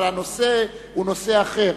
אבל הנושא הוא נושא אחר,